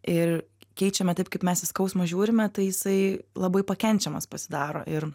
ir keičiame taip kaip mes į skausmą žiūrime tai jisai labai pakenčiamas pasidaro ir